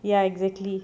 ya exactly